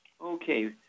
Okay